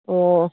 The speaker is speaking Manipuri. ꯑꯣ